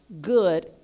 good